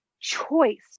Choice